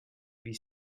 wie